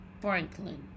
Franklin